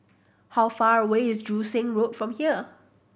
how far away is Joo Seng Road from here